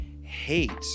hate